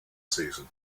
season